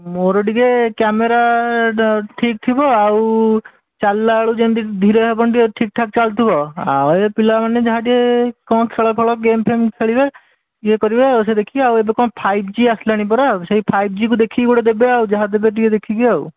ମୋର ଟିକିଏ କ୍ୟାମେରାଟା ଠିକ୍ ଥିବ ଆଉ ଚାଲିଲା ବେଳକୁ ଯେମିତି ଧୀରେ ହେବନି ଟିକିଏ ଠିକ୍ ଠାକ୍ ଚାଲୁଥିବ ଆଉ ଏଇ ପିଲାମାନେ ଯାହା ଟିକିଏ କ'ଣ ଖେଳ ଫେଳ ଗେମ୍ ଫେମ୍ ଖେଳିବେ ଇଏ କରିବେ ଆଉ ସେଇୟା ଦେଖିକି ଆଉ ଏବେ କ'ଣ ଫାଇଭ୍ ଜୀ ଆସିଲାଣି ପରା ସେଇ ଫାଇଭ୍ ଜୀକୁ ଦେଖିକି ଗୋଟେ ଦେବେ ଆଉ ଯାହା ଦେବେ ଟିକିଏ ଦେଖିକି ଆଉ